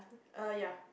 err ya